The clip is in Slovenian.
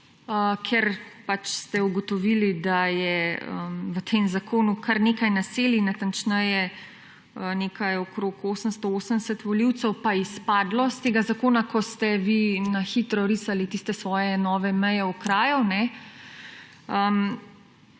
ker pač ste ugotovili, da je v tem zakonu kar nekaj naselij, natančneje, okrog 880 volivcev pa izpadlo iz tega zakona, ko ste vi na hitro risali tiste svoje nove meje okrajev. Če